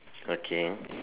okay